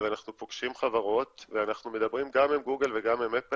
ואנחנו פוגשים חברות ואנחנו מדברים גם עם גוגל וגם עם אפל,